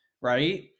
right